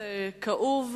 נושא כאוב,